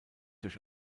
durch